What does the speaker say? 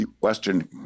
Western